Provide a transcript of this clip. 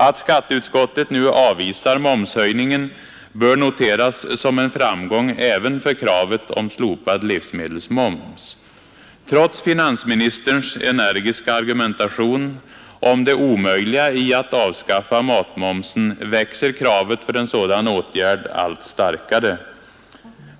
Att skatteutskottet avvisar momshöjningen bör noteras som en framgång även för kraven om slopad livsmedelsmoms. Trots finansministerns energiska argumentation om det omöjliga i att avskaffa matmomsen växer kravet för en sådan åtgärd allt starkare.